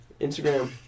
Instagram